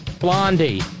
Blondie